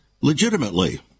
legitimately